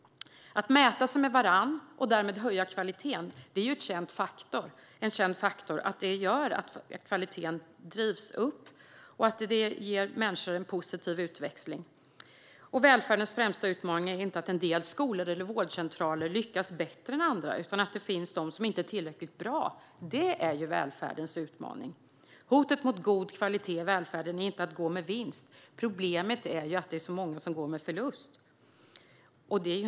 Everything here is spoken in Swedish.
Att mäta sig med varandra är en känd faktor när det gäller att höja kvaliteten, och det ger människor en positiv utväxling. Välfärdens främsta utmaning är inte att en del skolor eller vårdcentraler lyckas bättre än andra utan att det finns de som inte är tillräckligt bra. Det är välfärdens utmaning. Hotet mot god kvalitet i välfärden är inte att gå med vinst; problemet är att det är så många som går med förlust.